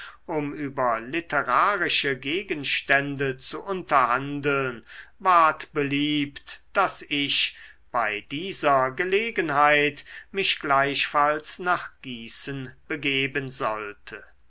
um über literarische gegenstände zu unterhandeln ward beliebt daß ich bei dieser gelegenheit mich gleichfalls nach gießen begeben sollte